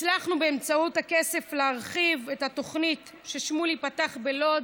הצלחנו באמצעות הכסף להרחיב את התוכנית ששמולי פתח בלוד